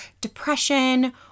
depression